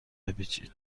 بپیچید